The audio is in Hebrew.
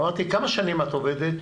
ואמרתי: כמה שנים את עובדת?